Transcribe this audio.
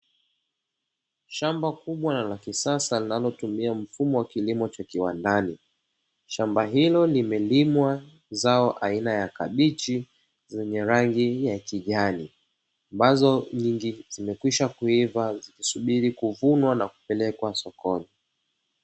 Shamba kubwa na la kisasa linalotumia mfumo wa kilimo cha kiwandani, shamba hilo limelimwa zao aina ya kabichi zenye rangi ya kijani ambazo nyingi zimekwisha kuiva zikisubiri kuvunwa na kupelekwa sokoni.